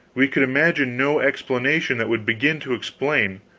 we could imagine no explanation that would begin to explain.